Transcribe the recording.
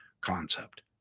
concept